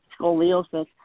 scoliosis